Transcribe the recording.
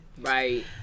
right